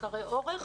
מחקרי אורך.